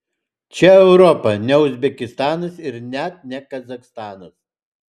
čia europa ne uzbekistanas ir net ne kazachstanas